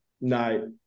no